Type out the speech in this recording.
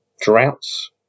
droughts